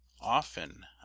often